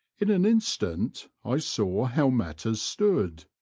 in an instant i saw how matters stood.